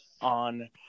on